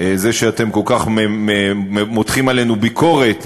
זה שאתם כל כך מותחים עלינו ביקורת,